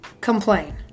complain